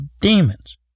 demons